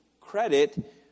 credit